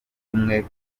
kumwe